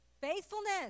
Faithfulness